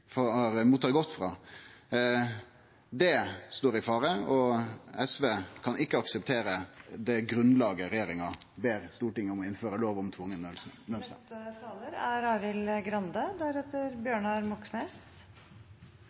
står i fare, og SV kan ikkje akseptere det grunnlaget regjeringa ber Stortinget om å innføre lov om tvungen lønnsnemnd på. Det er